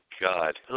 God